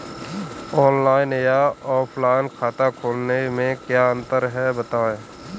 Online या offline खाता खोलने में क्या अंतर है बताएँ?